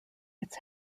its